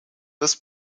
this